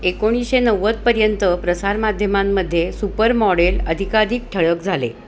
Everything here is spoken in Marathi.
एकोणीसशे नव्वदपर्यंत प्रसारमाध्यमांमध्ये सुपरमॉडेल अधिकाधिक ठळक झाले